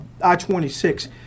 I-26